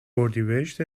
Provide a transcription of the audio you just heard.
اردیبهشت